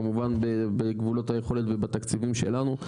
כמובן בגבולות היכולת ובתקציבים שלנו,